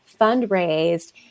fundraised